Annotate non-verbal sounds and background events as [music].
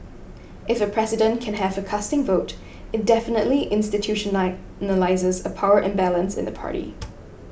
if a president can have a casting vote it definitely [unintelligible] a power imbalance in the party